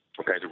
Okay